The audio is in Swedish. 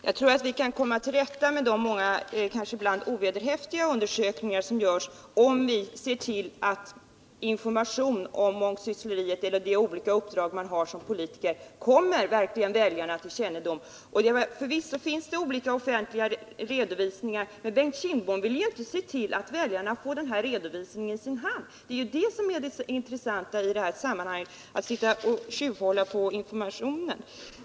Herr talman! Jag tror att vi kan komma till rätta med de många ovederhäftiga undersökningar som görs om vi ser till att information om de olika uppdrag vi har som politiker verkligen kommer fram till väljarna. Förvisso finns det olika offentliga redovisningar. Men Bengt Kindbom vill ju inte se till att väljarna får sådana redovisningar i sin hand — det är det som är det intressanta i detta sammanhang. Han vill sitta och tjuvhålla på informationen.